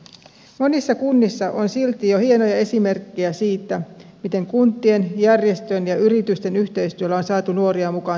monissa kunnissa on silti jo hienoja esimerkkejä siitä miten kuntien järjestöjen ja yritysten yhteistyöllä on saatu nuoria mukaan työelämään